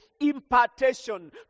impartation